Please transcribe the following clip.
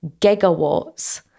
gigawatts